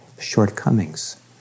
shortcomings